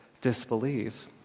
disbelieve